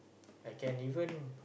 I can even